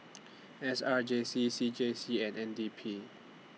S R J C C J C and N D P